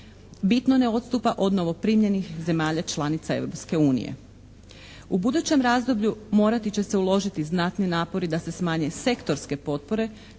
bitno ne odstupa od novoprimljenih zemalja članica Europske unije. U budućem razdoblju morati će se uložiti znatni napori da se smanje sektorske potpore